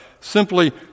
simply